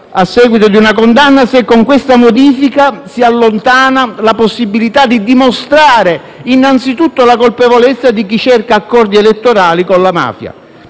a seguito di una condanna se, con questa modifica, si allontana la possibilità di dimostrare innanzitutto la colpevolezza di chi cerca accordi elettorali con la mafia.